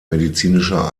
medizinischer